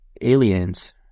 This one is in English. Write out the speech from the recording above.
aliens